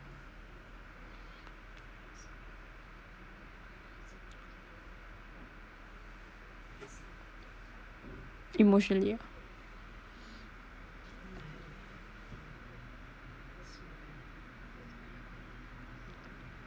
emotion ya